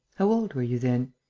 how old were you then?